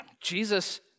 Jesus